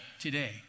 today